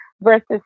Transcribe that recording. versus